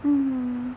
mmhmm